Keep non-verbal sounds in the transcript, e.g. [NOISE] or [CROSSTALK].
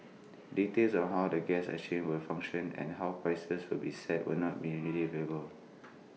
[NOISE] details on how the gas exchange will function and how prices will be set were not immediately available